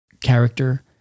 character